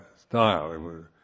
style